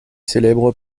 célèbre